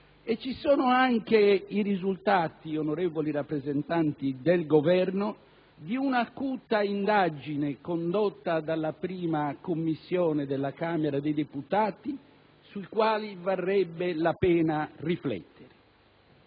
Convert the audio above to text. e vi sono anche i risultati, onorevoli rappresentanti del Governo, di una acuta indagine condotta dalla I Commissione della Camera dei deputati, sui quali varrebbe la pena riflettere.